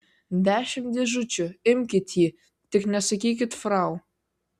dešimt dėžučių imkit jį tik nesakykit frau